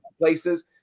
places